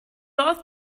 all